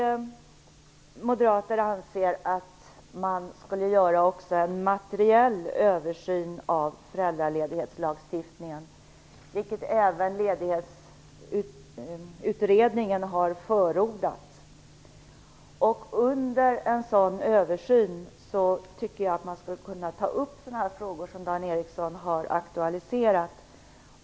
Vi anser att man även bör göra en materiell översyn av föräldraledighetslagen, vilket också Ledighetsutredningen har förordat. I en sådan översyn tycker jag att man skulle kunna ta upp sådana frågor som Dan Ericsson aktualiserat.